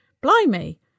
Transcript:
blimey